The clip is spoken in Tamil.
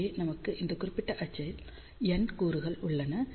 இங்கே நமக்கு இந்த குறிப்பிட்ட அச்சில் n கூறுகள் உள்ளன